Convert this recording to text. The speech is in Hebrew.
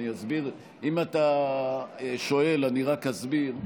אם אתה שואל, אני רק אסביר.